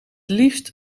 liefst